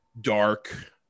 dark